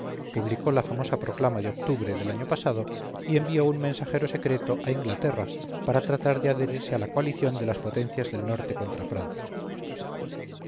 publicó la famosa proclama de octubre del año pasado y envió un mensajero secreto a inglaterra para tratar de adherirse a la coalición de las potencias del norte contra francia